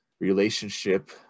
relationship